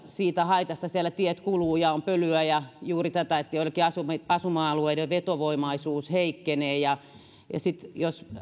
siitä haitasta siellä tiet kuluvat ja on pölyä ja juuri tätä että joidenkin asuma alueiden vetovoimaisuus heikkenee sitten jos